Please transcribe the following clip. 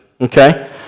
okay